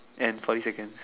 and forty seconds